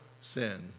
sin